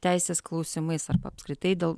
teisės klausimais arba apskritai dėl